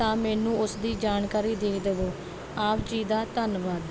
ਤਾਂ ਮੈਨੂੰ ਉਸਦੀ ਜਾਣਕਾਰੀ ਦੇ ਦੇਵੋ ਆਪ ਜੀ ਦਾ ਧੰਨਵਾਦ